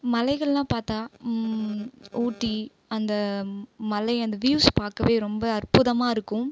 மலைகளெலாம் பார்த்தா ஊட்டி அந்த மலை அந்த வியூஸ் பார்க்கவே ரொம்ப அற்புதமாக இருக்கும்